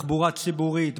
תחבורה ציבורית,